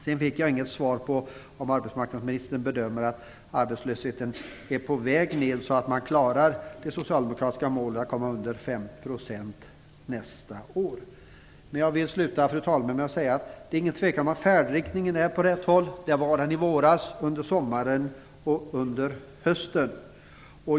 Jag fick inget svar på frågan om arbetsmarknadsministern bedömer att arbetslösheten är på väg ned, så att man klarar det socialdemokratiska målet att komma under 5 % nästa år. Jag vill sluta, fru talman, med att säga att det inte är någon tvekan om att färdriktningen är rätt. Det var den i våras, under sommaren och under hösten.